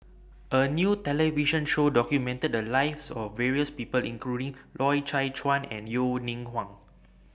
A New television Show documented The Lives of various People including Loy Chye Chuan and Yeo Ning Hong